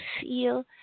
feel